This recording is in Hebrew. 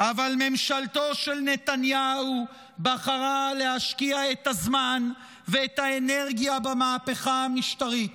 אבל ממשלתו של נתניהו בחרה להשקיע את הזמן ואת האנרגיה במהפכה המשטרית.